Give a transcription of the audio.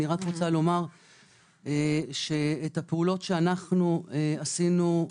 רק לומר שאת הפעולות שאנחנו עשינו,